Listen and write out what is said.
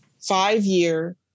five-year